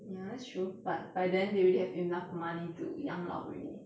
ya that's true but by then they already have enough money to 养老 already